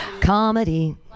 Comedy